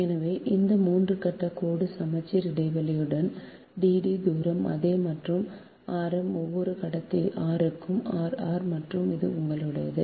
எனவே இந்த 3 கட்ட கோடு சமச்சீர் இடைவெளியுடன் d d தூரம் அதே மற்றும் ஆரம் ஒவ்வொரு கடத்தி r க்கு r r மற்றும் இது உங்களுடையது